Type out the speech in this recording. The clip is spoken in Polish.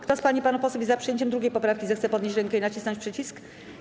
Kto z pań i panów posłów jest za przyjęciem 2. poprawki, zechce podnieść rękę i nacisnąć przycisk.